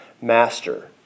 master